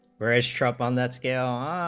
breaststroke on that scale